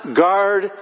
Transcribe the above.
guard